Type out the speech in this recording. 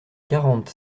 quarante